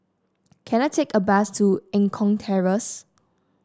can I take a bus to Eng Kong Terrace